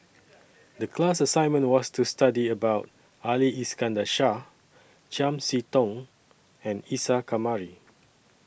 The class assignment was to study about Ali Iskandar Shah Chiam See Tong and Isa Kamari